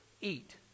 Eat